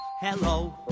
Hello